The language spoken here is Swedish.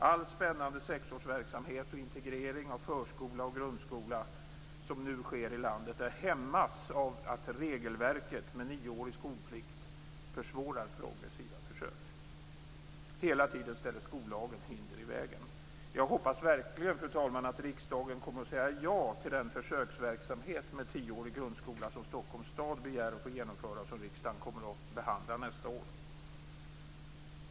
All spännande sexårsverksamhet och integrering av förskola och grundskola som nu sker i landet hämmas av att regelverket med nioårig skolplikt försvårar progressiva försök. Hela tiden ställer skollagen hinder i vägen. Jag hoppas verkligen, fru talman, att riksdagen kommer att säga ja till den försöksverksamhet med tioårig grundskola som Stockholms stad begär att få genomföra och som riksdagen kommer att behandla nästa år.